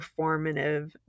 performative